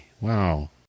Wow